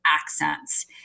accents